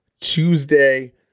Tuesday